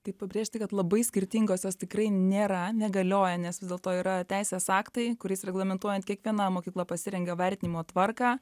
tai pabrėžti kad labai skirtingos jos tikrai nėra negalioja nes vis dėlto yra teisės aktai kuriais reglamentuojant kiekviena mokykla pasirengia vertinimo tvarką